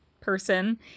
person